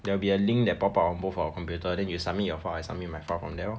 there will be a link that pop out on both our computer then you submit your file I submit my file from there lor